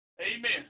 Amen